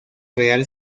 real